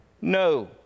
No